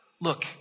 Look